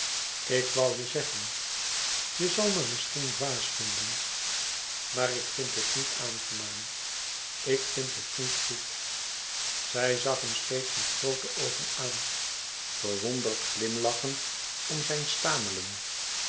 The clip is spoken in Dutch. ik woû je zeggen je zal me misschien dwaas vinden maar ik vind het niet aangenaam ik vind het niet goed zij zag hem steeds met groote oogen aan verwonderd glimlachend om zijn stamelen